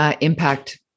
Impact